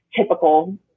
typical